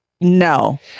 No